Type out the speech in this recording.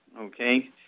Okay